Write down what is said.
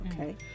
Okay